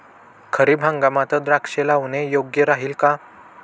खरीप हंगामात द्राक्षे लावणे योग्य राहिल का?